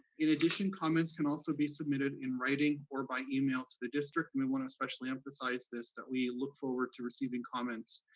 in addition, comments can also be submitted in writing or by email to the district, and i wanna especially emphasize this, that we look forward to receiving comments,